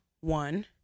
one